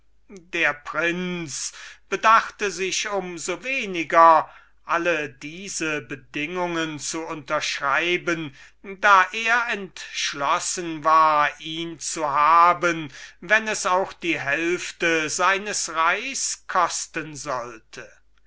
anzuhören dionys bedachte sich um so weniger alle diese bedingungen zu unterschreiben da er entschlossen war ihn zu haben wenn es auch die hälfte seines reichs kosten sollte